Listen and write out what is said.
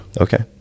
okay